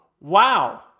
wow